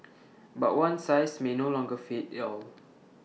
but one size may no longer fit